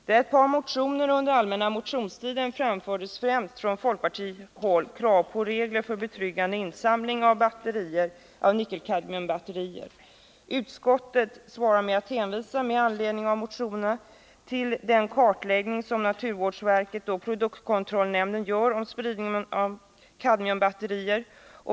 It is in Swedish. Via ett par motioner under den allmänna motionstiden framfördes, främst från folkpartihåll, krav på regler för betryggande insamling av nickelkadmiumbatterier. Utskottet svarade med att med anledning av motionerna hänvisa till den kartläggning som naturvårdsverket och produktkontrollnämnden gör av spridningen av kadmiumbatterier.